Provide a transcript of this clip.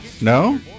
no